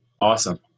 Awesome